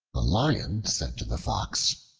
the lion said to the fox,